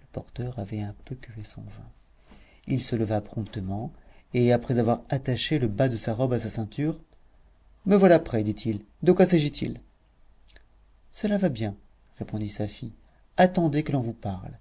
le porteur avait un peu cuvé son vin il se leva promptement et après avoir attaché le bas de sa robe à sa ceinture me voilà prêt dit-il de quoi s'agit-il cela va bien répondit safie attendez que l'on vous parle